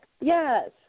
Yes